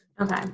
Okay